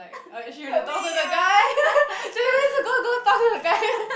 like ah she would talk to the guy she always say go go talk to the guy